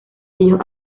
ellos